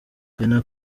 ghana